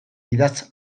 idatz